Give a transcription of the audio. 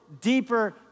deeper